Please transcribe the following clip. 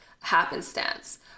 happenstance